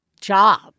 job